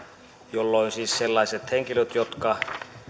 jolloin siis sellaisten henkilöiden kohdalla jotka